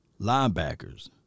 linebackers